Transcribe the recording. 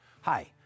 Hi